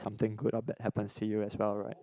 something good or bad happens to you as well right